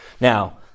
Now